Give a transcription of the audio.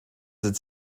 its